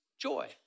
joy